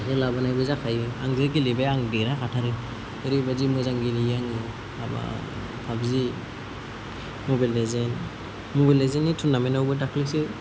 ओमफ्राय लाबोनायबो जाखायो आं जे जायगायाव आं जै गेलेबाय आं देरहाखाहैयो ओरैबायदि मोजां गेलेयो आङो हाबाब पाबजि मबाइल लेजेन्ड मबाइल लेजेन्डनि टुरनामेन्टआवबो दाख्लिसो